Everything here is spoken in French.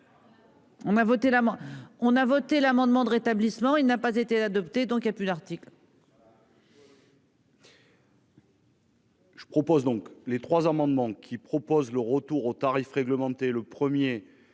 On a voté l'amendement de rétablissement. Il n'a pas été adopté. Donc il a pu l'article.